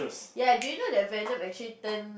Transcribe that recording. ya do you know that Venom actually turn